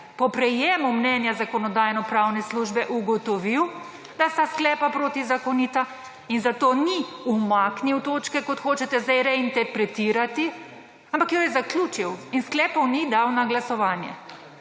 po prejemu mnenja Zakonodajno-pravne službe ugotovil, da sta sklepa protizakonita in zato ni umaknil točke, kot hočete zdaj reinterpretirati, ampak jo je zaključil in sklepov ni dal na glasovanje.